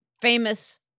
famous